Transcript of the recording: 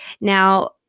now